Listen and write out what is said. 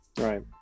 Right